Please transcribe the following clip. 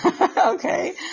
Okay